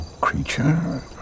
creature